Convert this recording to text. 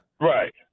Right